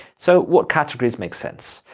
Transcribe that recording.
so what categories make sense?